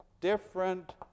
Different